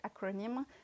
acronym